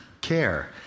care